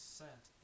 sent